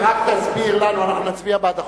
רק תסביר לנו, אנחנו נצביע בעד החוק,